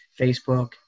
Facebook